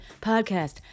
podcast